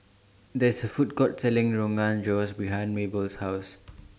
There IS A Food Court Selling Rogan Josh behind Mable's House